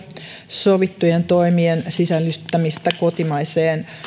sovittujen toimien sisällyttämistä kotimaiseen